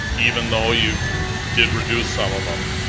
even though you did reduce some of them,